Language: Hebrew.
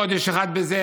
חודש אחד בזה,